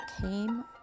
came